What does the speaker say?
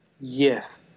Yes